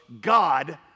God